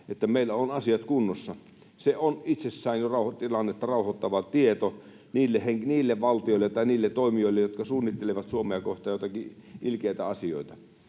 että meillä ovat asiat kunnossa. Se on itsessään tilannetta rauhoittava tieto niille valtioille tai niille toimijoille, jotka suunnittelevat Suomea kohtaan joitakin ilkeitä asioita.